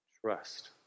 trust